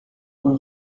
rue